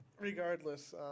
regardless